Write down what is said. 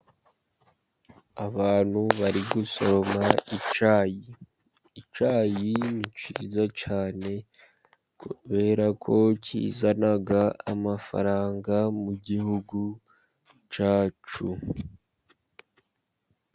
Abantu bari gusoroma icyayi. Icyayi ni cyiza cyane kubera ko kizana amafaranga mu gihugu cyacu.